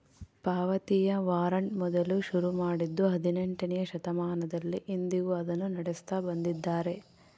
ಪಾವತಿಯ ವಾರಂಟ್ ಮೊದಲು ಶುರು ಮಾಡಿದ್ದೂ ಹದಿನೆಂಟನೆಯ ಶತಮಾನದಲ್ಲಿ, ಇಂದಿಗೂ ಅದನ್ನು ನಡೆಸುತ್ತ ಬಂದಿದ್ದಾರೆ